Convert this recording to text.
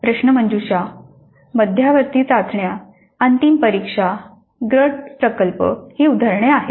प्रश्नमंजुषा मध्यावधी चाचण्या अंतिम परीक्षा गट प्रकल्प ही उदाहरणे आहेत